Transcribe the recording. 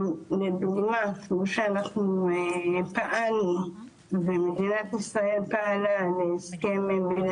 למשל, פעלנו ומדינת ישראל פעלה להסכם עם..